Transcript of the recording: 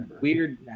weird